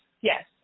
Yes